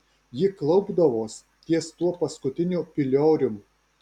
ji klaupdavos ties tuo paskutiniu piliorium